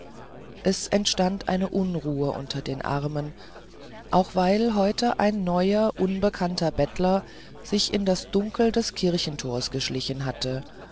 es entstand eine unruhe unter den armen auch weil ein neuer unbekannter bettler sich in das dunkel des kirchentors geschlichen hatte